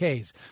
Ks